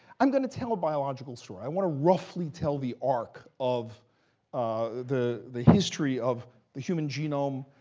i'm going to tell a biological story. i want to roughly tell the arc of the the history of the human genome,